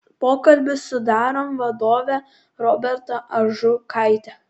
pokalbis su darom vadove roberta ažukaite